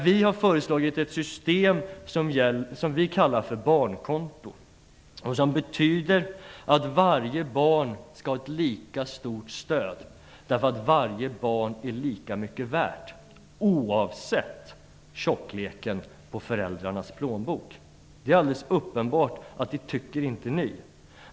Vi har föreslagit ett system som vi kallar för barnkonto. Det går ut på att varje barn skall ha lika stort stöd därför att varje barn är lika mycket värt, oavsett tjockleken på föräldrarnas plånbok. Det är alldeles uppenbart att ni inte tycker det.